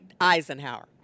Eisenhower